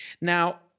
Now